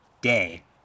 day